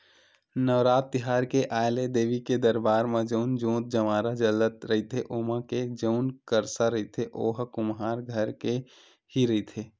नवरात तिहार के आय ले देवी के दरबार म जउन जोंत जंवारा जलत रहिथे ओमा के जउन करसा रहिथे ओहा कुम्हार घर के ही रहिथे